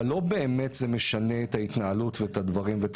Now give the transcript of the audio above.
אבל זה לא באמת משנה את ההתנהלות ואת הצורה.